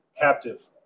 captive